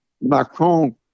Macron